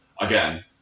again